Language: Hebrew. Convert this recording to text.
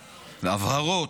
הבהרות.